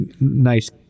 nice